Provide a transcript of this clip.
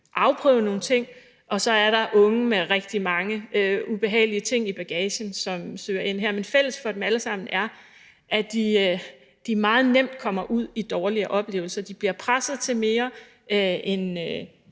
afprøve nogle ting, og så er der unge med rigtig mange ubehagelige ting i bagagen, som søger ind her. Men fælles for dem alle sammen er, at de meget nemt kommer ud i dårlige oplevelser. De bliver presset til mere, end